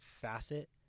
facet